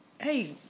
Hey